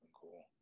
cool